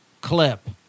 clip